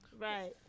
Right